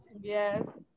Yes